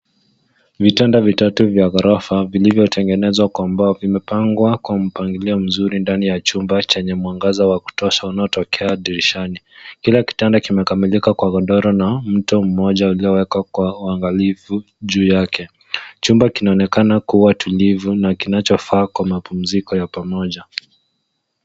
Vitanda vitatu vya gorofa vilivyotengenezwa kwa mbao vimepangwa kwa mpagilio mzuri ndani ya chumba cha mwangaza wa kutosha unaotokea dirishani. kila kitanda kimekamilika kwa godoro na mto mmoja uliowekwa kwa uangalifu juu yake chumba kinaonekana kuwa tulivu na kinacho faa kwa mapumziko ya pamoja.